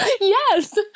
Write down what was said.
Yes